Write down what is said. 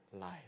life